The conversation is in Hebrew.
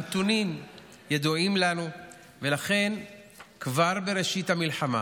הנתונים ידועים לנו, ולכן כבר מראשית המלחמה